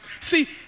See